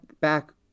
back